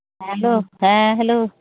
hello ᱦᱮᱸ hello